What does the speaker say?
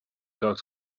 talk